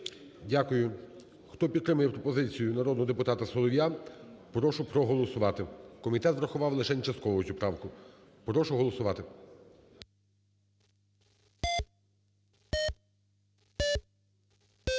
Дякую. Хто підтримує пропозицію народного депутата Солов'я, прошу проголосувати. Комітет врахував лишень частково цю правку, прошу голосувати.